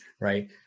Right